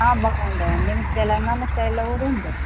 హా బాగుంటాయి అండి మీకు తెలంగాణ స్టైల్లో కూడా ఉంటాయి